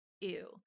Ew